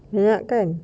nak kan